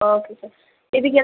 okay sir இதுக்கு